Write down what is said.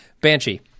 Banshee